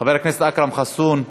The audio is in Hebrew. חבר הכנסת אכרם חסון,